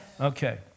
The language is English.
Okay